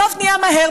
בסוף נהיה מהר,